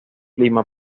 lima